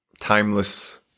timeless